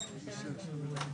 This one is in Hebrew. שאלה שנייה,